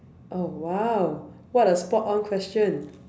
oh !wow! what a spot on question